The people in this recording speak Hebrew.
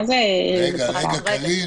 רגע, קארין.